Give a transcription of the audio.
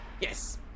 Yes